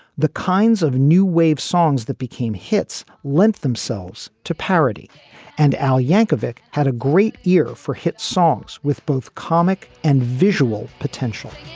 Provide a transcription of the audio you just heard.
the kinds of new wave songs that became hits lent themselves to parody and al yankovic had a great ear for hit songs with both comic and visual potentially.